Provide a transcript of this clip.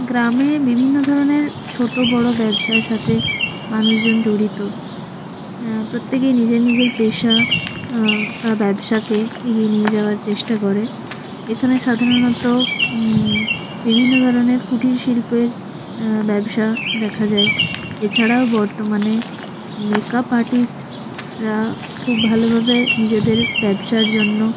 গ্রামে বিভিন্ন ধরনের ছোটো বড় ব্যবসার সাথে মানুষজন জড়িত প্রত্যেকেই নিজের নিজের পেশা বা ব্যবসাকে এগিয়ে নিয়ে যাওয়ার চেষ্টা করে এখানে সাধারণত বিভিন্ন ধরনের কুটির শিল্পের ব্যবসা দেখা যায় এছাড়াও বর্তমানে মেকআপ আর্টিস্টরা খুব ভালোভাবে নিজেদের ব্যবসার জন্য